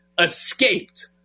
escaped